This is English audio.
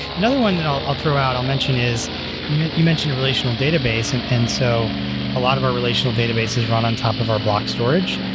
another one that i'll throw out i'll mention is you mentioned a relational database, and and so a lot of our relational database is run on top of our block storage,